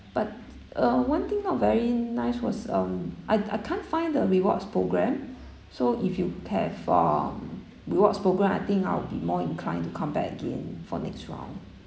but uh one thing not very nice was um I I can't find the rewards program so if you care from rewards program I think I'll be more inclined to come back again for next round